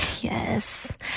Yes